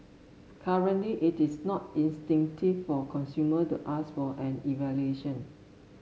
currently it is not instinctive for consumer to ask for an evaluation